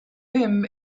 him